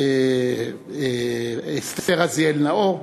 אסתר רזיאל-נאור,